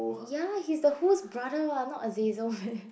ya he's the host brother [what] not Azazel